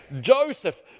Joseph